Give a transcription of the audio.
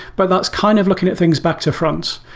but that's kind of looking at things back to fronts.